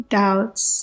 doubts